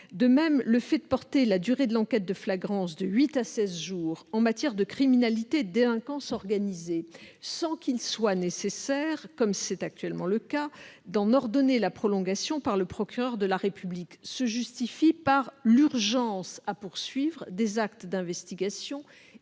De même, le fait de porter la durée de l'enquête de flagrance de huit à seize jours en matière de criminalité et de délinquance organisées, sans qu'il soit nécessaire, comme c'est actuellement le cas, d'en faire ordonner la prolongation par le procureur de la République, se justifie par l'urgence qu'il y a à poursuivre des actes d'investigation et à disposer